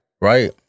Right